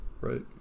right